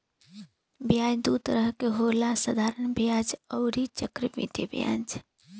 ब्याज दू तरह के होला साधारण ब्याज अउरी चक्रवृद्धि ब्याज